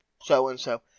so-and-so